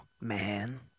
man